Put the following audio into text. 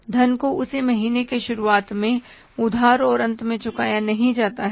धन को उसी महीने के शुरुआत में उधार और अंत में चुकाया नहीं जाता है